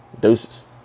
deuces